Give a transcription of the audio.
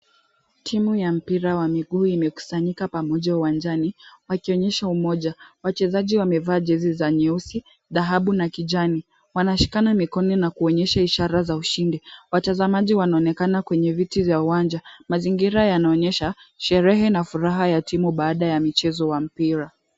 Timu ya mpira wa mguu imekusanyika pamoja uwanjani wakionyesha umoja. Wachezaji wamevaa jezi za nyeusi, dhahabu na kijani. Wanashikana mikono na kuonyesha ishara za ushindi. Watazamaji wanaonekana kwenye viti za uwanja. Mazingira yanaonyesha sherehe na furaha ya timu baada ya mchezo wa mpira.